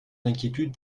d’inquiétude